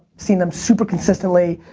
seen them super consistently.